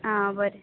आं बरें